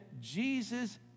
Jesus